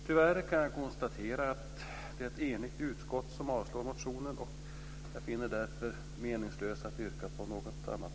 Tyvärr kan jag konstatera att det är ett enigt utskott som avstyrker motionen. Jag finner det därför meningslöst att yrka på något annat.